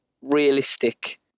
realistic